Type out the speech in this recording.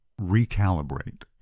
recalibrate